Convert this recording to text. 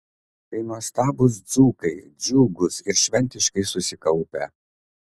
tai nuostabūs dzūkai džiugūs ir šventiškai susikaupę